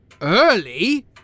early